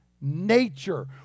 nature